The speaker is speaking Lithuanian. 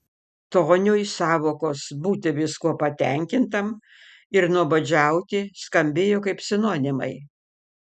toniui sąvokos būti viskuo patenkintam ir nuobodžiauti skambėjo kaip sinonimai